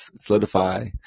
solidify